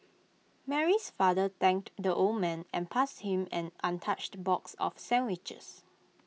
Mary's father thanked the old man and passed him an untouched box of sandwiches